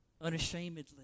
unashamedly